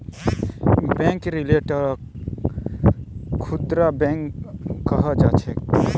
bank रिटेलक खुदरा बैंको कह छेक